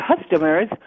customers